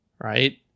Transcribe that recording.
right